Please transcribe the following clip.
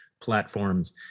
platforms